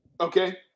Okay